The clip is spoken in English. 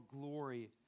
glory